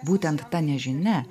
būtent ta nežinia